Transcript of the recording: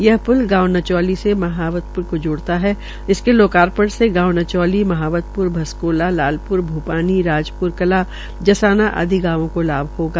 यह प्ल गांव नचौली से महावतप्र को जोड़ता है इसके लोकार्पण से गांव नचौली महावतप्र भसकोला लालप्र भूपानी राजप्र कला जसाना आदि गांवों को लाभ होगा